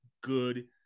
good